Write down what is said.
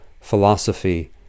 philosophy